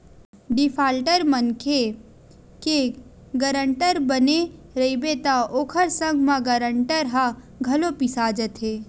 defaulter मनखे के guarantor बने रहिबे त ओखर संग म गारंटर ह घलो पिसा जाथे